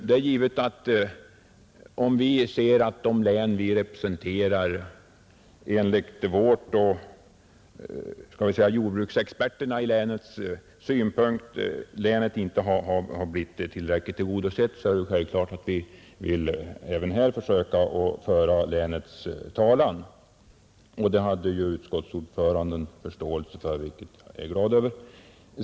Det är givet att om vi anser att det län vi representerar enligt vårt och jordbruksexperternas i länet synpunkter inte har blivit tillräckligt tillgodosett, är det självklart att vi här i riksdagen vill försöka föra länets talan, och om möjligt nå en förbättring. Det hade ju utskottets ordförande förståelse för, vilket jag är glad över.